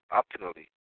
optimally